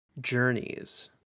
Journeys